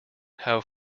how